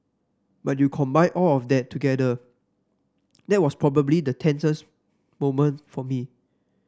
but you combine all of that together that was probably the tensest moment for me